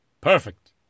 perfect